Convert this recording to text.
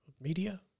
media